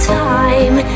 time